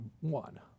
one